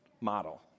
model